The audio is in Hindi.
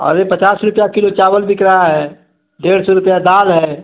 और ये पचास रुपये किलो चावल बिक रहा है डेढ़ सौ रुपये दाल है